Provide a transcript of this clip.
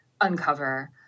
uncover